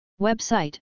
Website